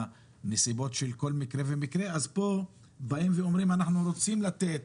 בנסיבות של כל מקרה ומקרה אז פה באים ואומרים אנחנו רוצים לתת